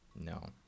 No